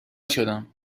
شدم